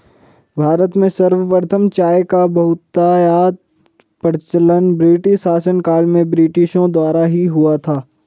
भारत में सर्वप्रथम चाय का बहुतायत प्रचलन ब्रिटिश शासनकाल में ब्रिटिशों द्वारा ही हुआ था